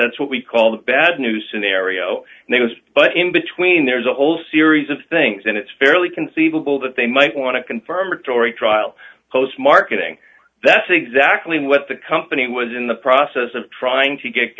that's what we call the bad news scenario but in between there's a whole series of things and it's fairly conceivable that they might want to confirmatory trial post marketing that's exactly what the company was in the process of trying to get